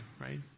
right